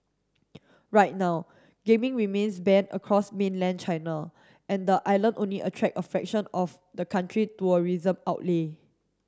right now gaming remains banned across mainland China and the island only attract a fraction of the country tourism outlay